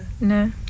No